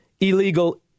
illegal